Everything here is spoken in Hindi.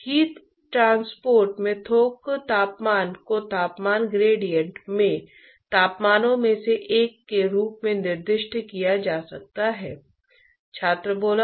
तो यह वह जगह है जहां हम वास्तव में गियर स्विच करेंगे और पाठ्यक्रम के अगले विषय पर जाएंगे जो कि हीट एक्सचेंजर है